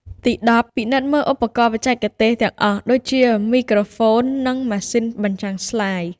ទីដប់ ពិនិត្យមើលឧបករណ៍បច្ចេកទេសទាំងអស់ ដូចជាមីក្រូហ្វូន និងម៉ាស៊ីនបញ្ចាំងស្លាយ។